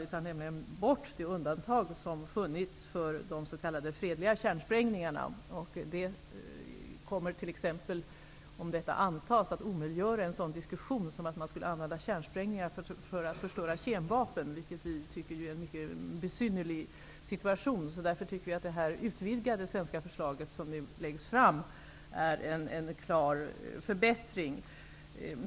Vi tar nämligen bort det undantag som funnits för de s.k. fredliga kärnsprängningarna. Om detta förslag antas kommer det t.ex. att omöjliggöra en sådan diskussion som att man skulle använda kärnsprängningar för att förstöra kemvapen, vilket vi tycker är en mycket besynnerlig situation. Därför tycker vi att det utvidgade svenska förslag som nu läggs fram är en klar förbättring.